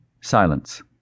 Silence